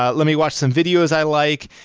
ah let me watch some videos i like.